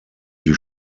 die